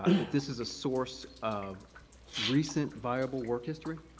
ah that this is a source of recent, viable work history,